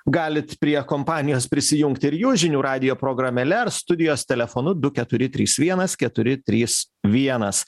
galit prie kompanijos prisijungt ir jūs žinių radijo programėle ar studijos telefonu du keturi trys vienas keturi trys vienas